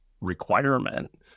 requirement